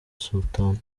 sultan